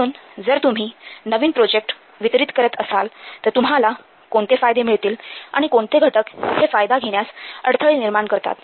म्हणून जर तुम्ही नवीन प्रोजेक्ट वितरीत करत असाल तर तुम्हाला कोणते फायदे मिळतील आणि कोणते घटक हे फायदा घेण्यास अडथळे निर्माण करतात